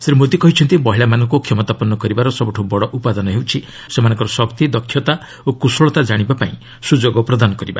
ଶ୍ରୀ ମୋଦି କହିଛନ୍ତି ମହିଳାମାନଙ୍କୁ କ୍ଷମତାପନ୍ନ କରିବାର ସବୁଠୁ ବଡ଼ ଉପାଦାନ ହେଉଛି ସେମାନଙ୍କୁ ସେମାନଙ୍କର ଶକ୍ତି ଦକ୍ଷତା ଓ କୁଶଳତା ଜାଣିବା ପାଇଁ ସୁଯୋଗ ପ୍ରଦାନ କରିବା